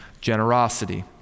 generosity